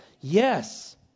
Yes